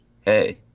hey